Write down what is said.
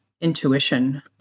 intuition